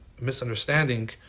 misunderstanding